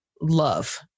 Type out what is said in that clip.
love